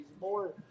more